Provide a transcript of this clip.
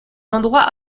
endroit